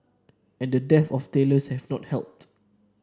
and the dearth of tailors have not helped